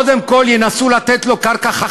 אבל ברגע שהאוצר קיבל שקודם כול מנהלים את הקרקעות